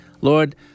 Lord